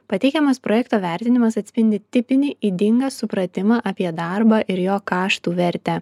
pateikiamas projekto vertinimas atspindi tipinį ydingą supratimą apie darbą ir jo kaštų vertę